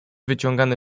wciągany